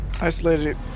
isolated